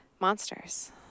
Monsters